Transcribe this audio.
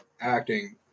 acting